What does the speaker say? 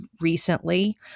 recently